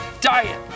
Diet